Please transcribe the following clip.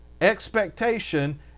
expectation